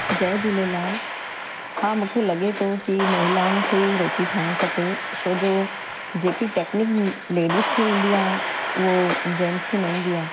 जय झूलेलाल हा मूंखे लॻे थो की महिलाउनि खे ई रोटी ठाहिणु खपे छोजो जेकी टैक्नीक लेडीस खे ईंदी आहे उहो जेंट्स खे न ईंदी आहे